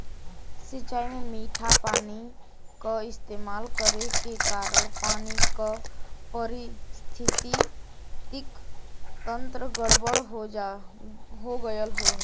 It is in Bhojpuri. सिंचाई में मीठा पानी क इस्तेमाल करे के कारण पानी क पारिस्थितिकि तंत्र गड़बड़ हो गयल हौ